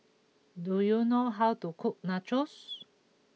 do you know how to cook Nachos